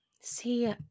See